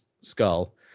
skull